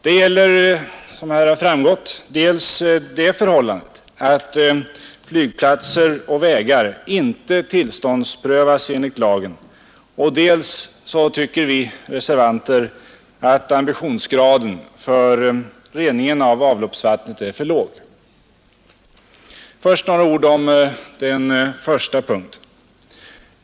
Dels gäller det, som här har framgått, det förhållandet att flygplatser och vägar inte tillståndsprövas enligt lagen, dels tycker vi reservanter att ambitionsgraden för rening av avloppsvattnet är för låg. Först några ord om den första punkten.